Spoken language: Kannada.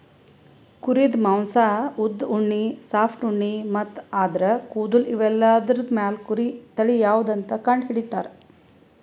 ಕುರಿದ್ ಮಾಂಸಾ ಉದ್ದ್ ಉಣ್ಣಿ ಸಾಫ್ಟ್ ಉಣ್ಣಿ ಮತ್ತ್ ಆದ್ರ ಕೂದಲ್ ಇವೆಲ್ಲಾದ್ರ್ ಮ್ಯಾಲ್ ಕುರಿ ತಳಿ ಯಾವದಂತ್ ಕಂಡಹಿಡಿತರ್